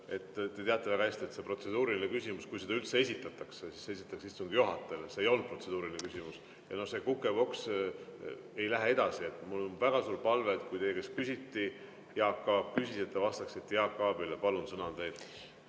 Te teate väga hästi, et protseduuriline küsimus, kui seda üldse esitatakse, esitatakse istungi juhatajale. See ei olnud protseduuriline küsimus ja see kukepoks ei lähe edasi. Mul on väga suur palve, et kui teie käest küsiti, Jaak Aab küsis, siis te vastaksite Jaak Aabile. Palun, sõna on teil!